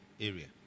area